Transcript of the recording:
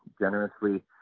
generously